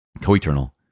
co-eternal